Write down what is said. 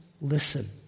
listen